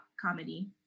comedy